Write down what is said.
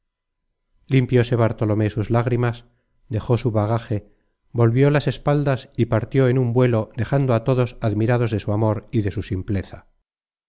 desierto limpióse bartolomé sus lágrimas dejó su bagaje volvió las espaldas y partió en un vuelo dejando a todos admirados de su amor y de su simpleza